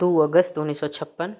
दू अगस्त उन्नैस सए छप्पन